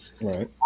Right